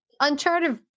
Uncharted